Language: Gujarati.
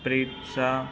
પ્રીત શાહ